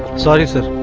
sorry sir